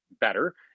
better